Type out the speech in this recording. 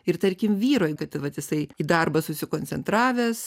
ir tarkim vyrui kad vat jisai į darbą susikoncentravęs